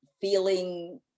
feeling